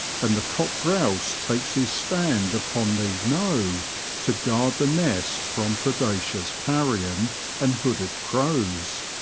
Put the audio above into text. and the cock grouse takes his stand upon the knowe to guard the nest from predaceous carrion and hooded crows.